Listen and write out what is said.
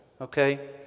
Okay